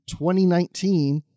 2019